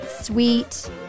sweet